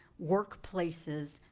work places,